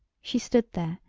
she stood there,